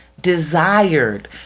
desired